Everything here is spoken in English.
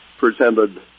presented